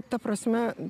ta prasme